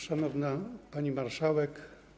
Szanowna Pani Marszałek!